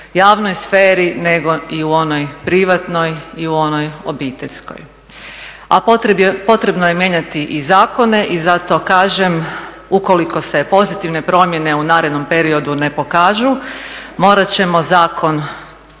javnoj sferi nego i u onoj privatnoj i u onoj obiteljskoj. A potrebno je mijenjati i zakone i zato kažem ukoliko se pozitivne promjene u narednom periodu ne pokažu morat ćemo zakon